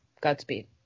Godspeed